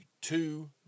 two